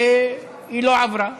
והיא לא עברה.